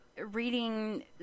Reading